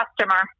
Customer